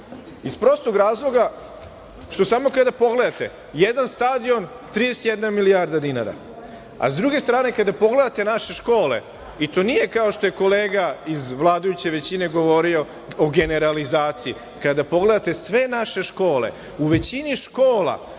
Iz prostog razloga što samo kada pogledate, jedan stadion - 31 milijarda dinara, a s druge strane kada pogledate naše škole, i to nije kao što je kolega iz vladajuće većine govorio o generalizaciji, kada pogledate sve naše škole, u većini škola